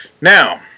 Now